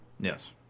Yes